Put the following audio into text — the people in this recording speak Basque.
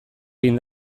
egin